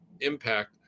impact